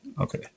Okay